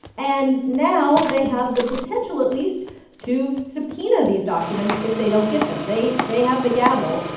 and now they have the potential at least to subpoena these documents if they don't get them. they they have the gavel,